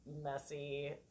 messy